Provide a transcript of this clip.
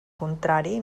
contrari